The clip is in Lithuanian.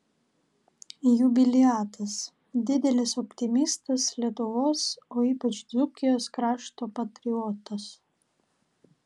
jubiliatas didelis optimistas lietuvos o ypač dzūkijos krašto patriotas